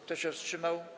Kto się wstrzymał?